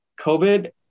COVID